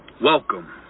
welcome